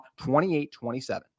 28-27